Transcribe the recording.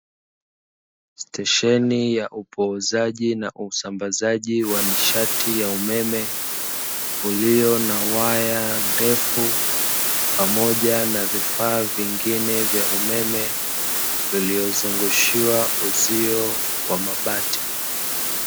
Stesheni ya uupozaji na usambazaji wa nishati ya umeme uliyona waya ndefu, pamoja na vifaa vingine vya umeme viliyozungushiwa uzio wa mabati.